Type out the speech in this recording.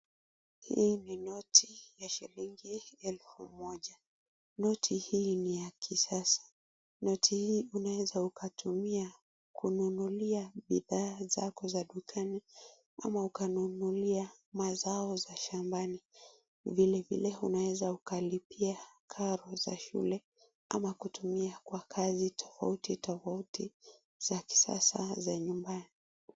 Hii ni noti ya shilingi elfu moja. Noti hii ni ya kisasa. Noti hii unaweza ukaitumia kununulia bidhaa zako za dukani ama ukanunulia mazao za shambani. Vile vile unaweza ukalipia karo za shule ama kutumia kwa kazi tofauti tofauti za kisasa za nyumbani.